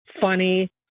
funny